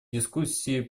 дискуссии